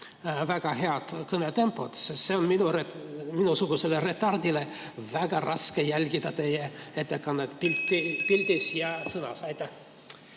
väga hea kõnetempo, siis on minusuguselretard'il väga raske jälgida teie ettekannet pildis ja sõnas. Aitäh!